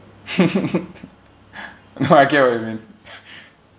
no I get what you mean